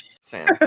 Sam